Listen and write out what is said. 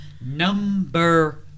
Number